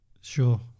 Sure